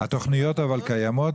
אבל התוכניות קיימות?